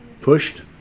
pushed